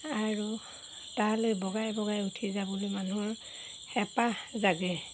আৰু তালৈ বগাই বগাই উঠি যাবলৈ মানুহৰ হেঁপাহ জাগে